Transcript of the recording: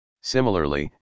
Similarly